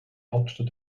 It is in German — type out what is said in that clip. hauptstadt